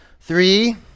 Three